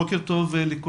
בוקר טוב לכולם.